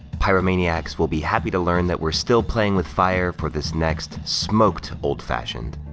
pyromaniacs will be happy to learn that we're still playing with fire, for this next smoked old fashioned.